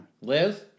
Liz